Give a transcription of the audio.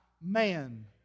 man